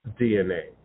DNA